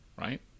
right